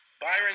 Byron